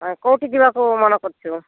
କେଉଁଠି ଯିବାକୁ ମନ କରିଛୁ